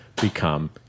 become